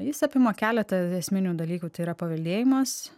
jis apima keletą esminių dalykų tai yra paveldėjimas